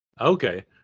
okay